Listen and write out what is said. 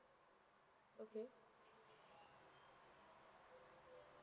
okay